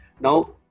Now